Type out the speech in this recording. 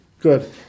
good